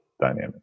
dynamic